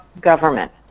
government